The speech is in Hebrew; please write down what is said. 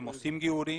הם עושים גיורים,